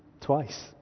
twice